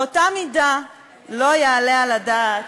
באותה מידה לא יעלה על הדעת,